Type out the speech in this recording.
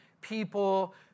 people